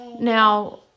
Now